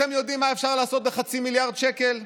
אתם יודעים מה אפשר לעשות בחצי מיליארד שקלים?